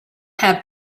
have